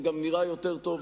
זה גם נראה יותר טוב,